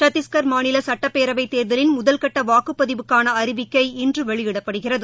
சத்திஷ்கா் மாநில சட்டப்பேரவைத் தேர்தலின் முதல்கட்ட வாக்குப்பதிவுக்கான அறிவிக்கை இன்று வெளியிடப்படுகிறது